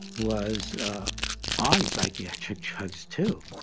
was on psychiatric drugs too.